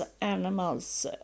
animals